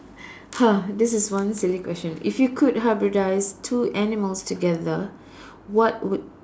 !wah! this is one silly question if you could hybridize two animals together what would